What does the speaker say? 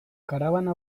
karabana